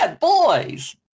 Boys